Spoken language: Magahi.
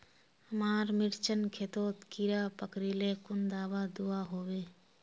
हमार मिर्चन खेतोत कीड़ा पकरिले कुन दाबा दुआहोबे?